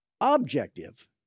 objective